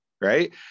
Right